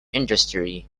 industry